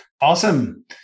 Awesome